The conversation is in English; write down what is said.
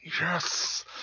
yes